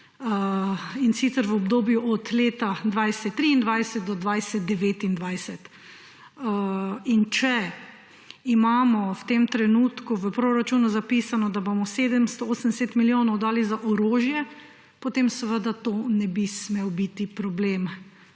in sicer v obdobju od leta 2023 do 2029. In če imamo v tem trenutku v proračunu zapisano, da bomo 780 milijonov dali za orožje, potem seveda to ne bi smel biti problem